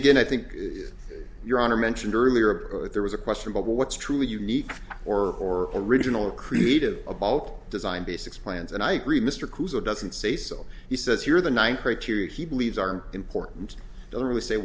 gain i think your honor mentioned earlier if there was a question about what's truly unique or original creative about design basics plans and i agree mr cruiser doesn't say so he says you're the one criteria he believes are important don't really say